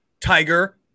Tiger